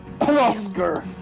Oscar